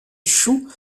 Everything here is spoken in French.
échouent